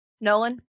Nolan